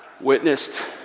witnessed